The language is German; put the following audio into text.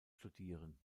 studieren